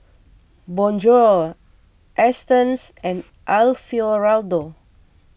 Bonjour Astons and Alfio Raldo